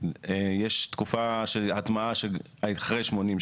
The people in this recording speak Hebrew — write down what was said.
יש תקופה של הטמעה של אחרי 80,